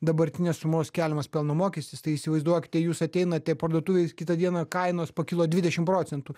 dabartinės sumos keliamas pelno mokestis tai įsivaizduokite jūs ateinate į parduotuvę kitą dieną kainos pakilo dvidešimt procentų